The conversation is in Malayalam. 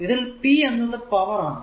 ഇതിൽ p എന്നത് പവർ ആണ്